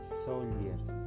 soldiers